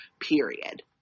period